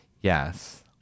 yes